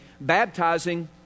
baptizing